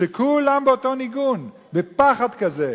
שכולם באותו ניגון, בפחד כזה.